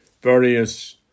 various